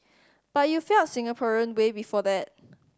but you felt Singaporean way before that